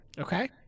Okay